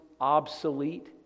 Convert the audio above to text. obsolete